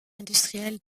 industrielle